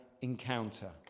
encounter